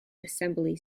assembly